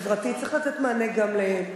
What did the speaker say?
צריך לתת גם להם מענה.